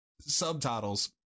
subtitles